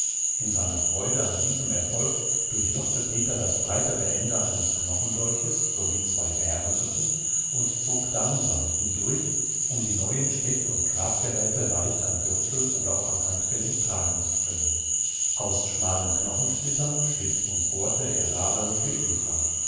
in seiner freude an diesem erfolg durchlochte peter das breitere ende eines knochendolches sowie zwei bärenrippen und zog darmsaiten durch um die neuen stech und grabgeräte leicht am gürtel oder auch am handgelenk tragen zu können aus schmalen knochensplittern schliff und bohrte er nadeln für eva